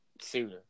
sooner